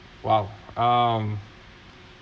!wow! um